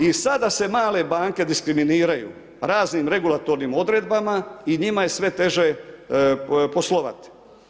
I sada se male banke diskriminiraju raznim regulatornim odredbama i njima je sve teže poslovati.